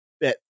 bet